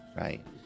Right